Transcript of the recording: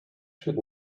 should